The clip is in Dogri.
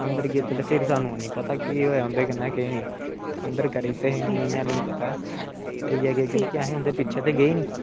अंदर कीते ते फिर सानू नेईं पता कि केह् होआ उंदे कन्नै केह् नी अंदर करी दित्ते जिन्ना मी पता ऐ लेइयै गे क्योकि असें उंदे पिच्छे ते गे नी